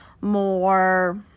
more